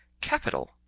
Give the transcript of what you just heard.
Capital